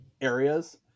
areas